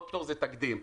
איזה טייק אווי?